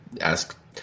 ask